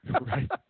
Right